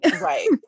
Right